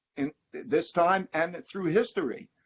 in this time and through history,